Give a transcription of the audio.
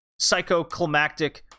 psychoclimactic